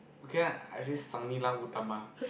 okay ah I say Sang Nila Utama